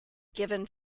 given